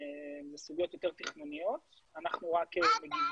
אלה סוגיות יותר תכנוניות, אנחנו רק מגיבים